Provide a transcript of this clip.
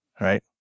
right